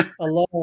alone